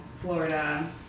Florida